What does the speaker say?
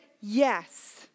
yes